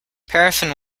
paraffin